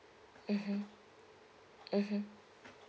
mmhmm mmhmm